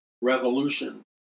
revolution